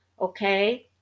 Okay